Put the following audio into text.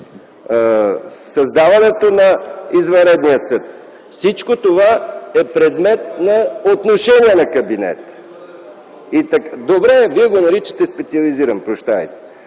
създаването на извънредния съд, всичко това е предмет на отношение на кабинета. (Реплики.) Добре, вие го наричате специализиран, прощавайте.